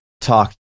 talk